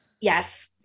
Yes